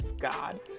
God